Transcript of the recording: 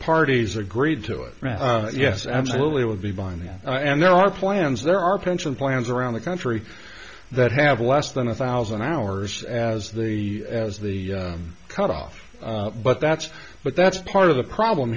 parties agreed to it yes absolutely it would be binding and there are plans there are pension plans around the country that have less than a thousand hours as the as the cutoff but that's but that's part of the problem